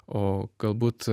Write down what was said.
o galbūt